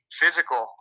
physical